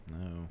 No